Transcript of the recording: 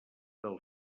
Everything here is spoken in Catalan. del